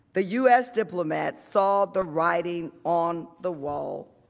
the u s. diplomats saw the writing on the wall.